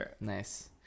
Nice